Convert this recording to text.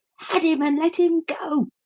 had him and let him go,